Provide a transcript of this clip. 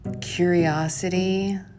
curiosity